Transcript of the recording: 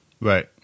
right